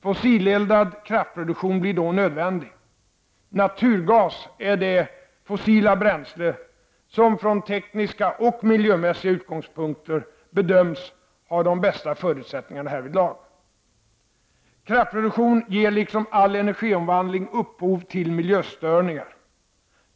Fossileldad kraftproduktion blir då nödvändig. Naturgas är det fossila bränsle som från tekniska och miljömässiga utgångspunkter bedöms ha de bästa förutsättningarna härvidlag. Kraftproduktion ger liksom all energiomvandling upphov till miljöstör ningar.